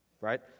Right